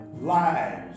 lives